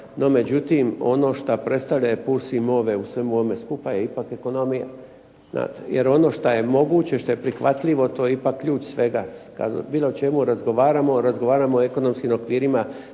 međutim, ono što predstavlja je …/Govornik se ne razumije./… u svemu ovome skupa je ipak ekonomija, jer ono što je moguće, što je prihvatljivo to je ipak ključ svega. Kad bilo o čemu razgovaramo, razgovaramo o ekonomskim okvirima